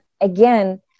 again